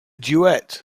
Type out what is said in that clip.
duet